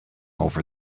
over